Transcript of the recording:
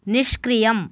निष्क्रियम्